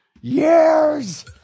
Years